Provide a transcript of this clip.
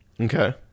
Okay